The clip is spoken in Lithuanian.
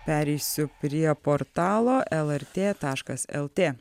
pereisiu prie portalo lrt taškas lt